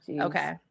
okay